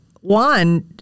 one